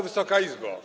Wysoka Izbo!